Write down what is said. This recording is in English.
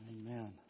Amen